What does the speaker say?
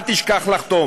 אל תשכח לחתום.